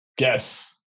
Yes